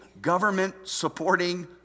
government-supporting